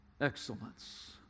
excellence